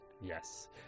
Yes